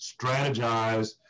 strategize